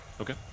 Okay